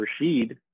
Rashid